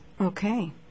Okay